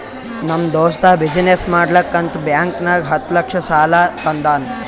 ನಮ್ ದೋಸ್ತ ಬಿಸಿನ್ನೆಸ್ ಮಾಡ್ಲಕ್ ಅಂತ್ ಬ್ಯಾಂಕ್ ನಾಗ್ ಹತ್ತ್ ಲಕ್ಷ ಸಾಲಾ ತಂದಾನ್